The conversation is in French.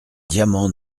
diamants